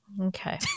Okay